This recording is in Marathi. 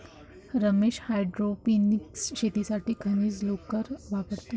रमेश हायड्रोपोनिक्स शेतीसाठी खनिज लोकर वापरतो